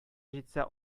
җитсә